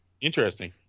interesting